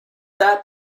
that